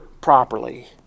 properly